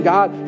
God